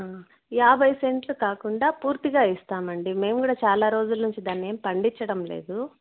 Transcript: యాభై సెంట్లు కాకుండా పూర్తిగా ఇస్తామండి మేము కూడా చాలా రోజుల నుంచి దాన్ని ఏం పండించడం లేదు